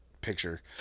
picture